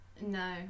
No